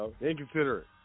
Inconsiderate